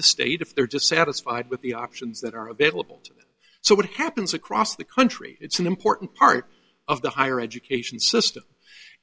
the state if they're dissatisfied with the options that are available so what happens across the country it's an important part of the higher education system